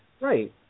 Right